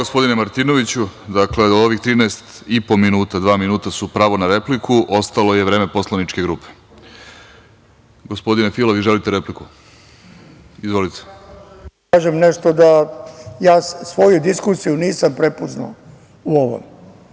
kažem nešto, ja svoju diskusiju nisam prepoznao u ovome,